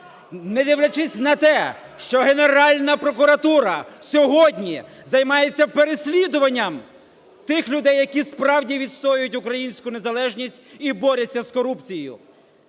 Не дивлячись на те, що Генеральна прокуратура сьогодні займається переслідуванням тих людей, які справді відстоюють українську незалежність і борються з корупцією.